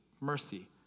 mercy